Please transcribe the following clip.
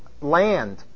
land